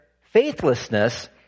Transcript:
faithlessness